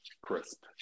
Crisp